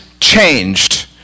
changed